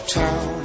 town